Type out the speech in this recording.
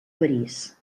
parís